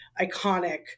iconic